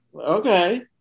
Okay